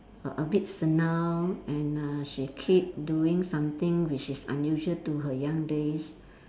a a bit senile and uh she keep doing something which is unusual to her young days